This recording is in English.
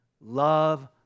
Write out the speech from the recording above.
Love